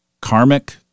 karmic